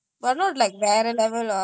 நீ ஆடுன:nee aduna